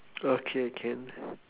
okay can